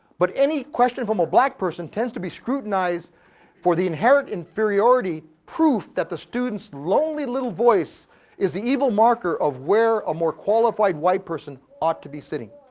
but any question from a black person tends to be scrutinized for the inherent inferiority, proof that the student's lonely little voice is the evil marker of where a more qualified white person ought to be sitting.